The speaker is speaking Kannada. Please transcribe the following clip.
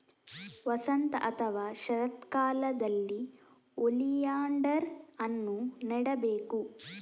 ವಸಂತ ಅಥವಾ ಶರತ್ಕಾಲದಲ್ಲಿ ಓಲಿಯಾಂಡರ್ ಅನ್ನು ನೆಡಬೇಕು